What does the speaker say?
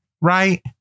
right